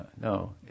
No